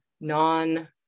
non